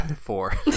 four